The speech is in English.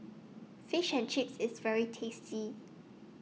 Fish and Chips IS very tasty